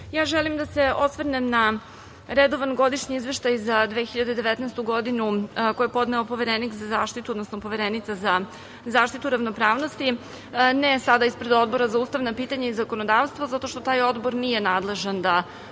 ja želim da se osvrnem na redovan godišnji Izveštaj za 2019. godinu koji je podneo Poverenik za zaštitu, odnosno Poverenica za zaštitu ravnopravnosti, ne sada ispred Odbora za ustavna pitanja i zakonodavstvo, zato što taj odbor nije nadležan da